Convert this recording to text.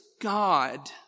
God